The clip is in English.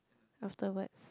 afterwards